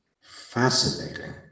Fascinating